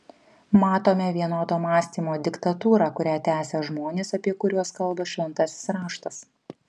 matome vienodo mąstymo diktatūrą kurią tęsia žmonės apie kuriuos kalba šventasis raštas